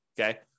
Okay